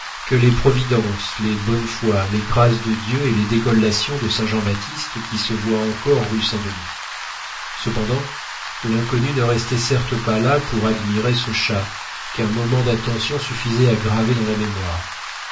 que les providence les bonne foi les grâce de dieu et les décollation de saint jean-baptiste qui se voient encore rue saint-denis cependant l'inconnu ne restait certes pas là pour admirer ce chat qu'un moment d'attention suffisait à graver dans la mémoire